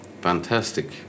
Fantastic